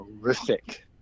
horrific